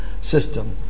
system